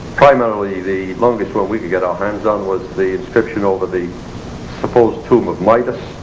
primarily the longest one we could get our hands on was the inscription over the supposed tomb of midas